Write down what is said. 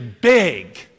big